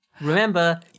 Remember